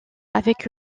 avec